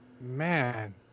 Man